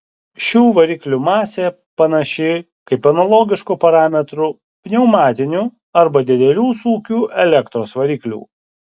šių variklių masė panaši kaip analogiškų parametrų pneumatinių arba didelių sūkių elektros variklių